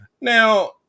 now